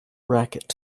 racket